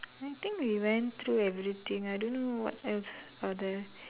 I think we went through everything I don't know what else are there